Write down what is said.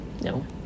no